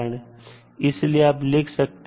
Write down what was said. इसलिए आप लिख सकते हैं